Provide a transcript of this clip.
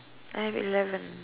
I have eleven